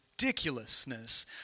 ridiculousness